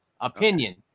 Opinion